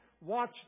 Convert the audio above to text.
watch